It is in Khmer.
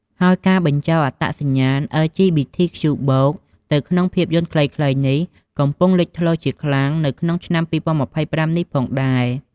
ហើយការបញ្ចូលអត្តសញ្ញាណ អិល ជី ប៊ី ធី ខ្ជូ បូក (LGBTQ+) ទៅក្នុងភាពយន្ដខ្លីៗនេះកំពុងលេចធ្លោជាខ្លាំងនៅក្នុងឆ្នាំ ២០២៥ នេះផងដែរ។